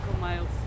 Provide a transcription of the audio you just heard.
miles